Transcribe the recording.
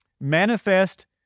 Manifest